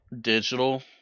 digital